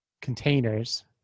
containers